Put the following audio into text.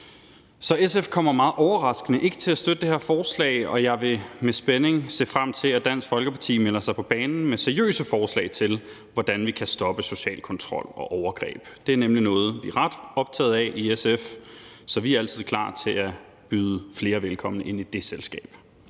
SF kommer meget overraskende ikke til at støtte det her forslag, og jeg vil med spænding se frem til, at Dansk Folkeparti melder sig på banen med seriøse forslag til, hvordan vi kan stoppe social kontrol og overgreb. Det er nemlig noget, vi er ret optaget af i SF, så vi er altid klar til at byde flere velkommen i det selskab.